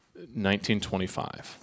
1925